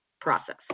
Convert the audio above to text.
process